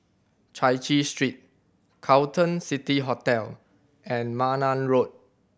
Chai Chee Street Carlton City Hotel and Malan Road